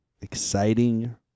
exciting